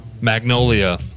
Magnolia